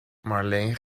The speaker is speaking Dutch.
marleen